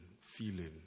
feeling